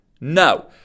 No